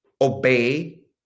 obey